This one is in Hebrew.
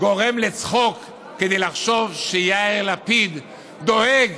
גורם לצחוק לחשוב שיאיר לפיד דואג